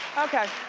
okay.